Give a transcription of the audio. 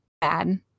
bad